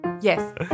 Yes